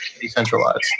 decentralized